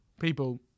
people